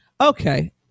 Okay